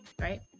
right